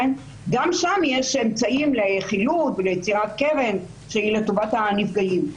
גם שם יש אמצעים לחילוט וליצירת קרן שהיא לטובת הנפגעים.